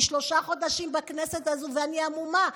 אני שלושה חודשים בכנסת הזו, ואני המומה.